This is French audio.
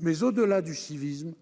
Toutefois, au-delà du civisme,